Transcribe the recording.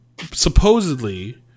supposedly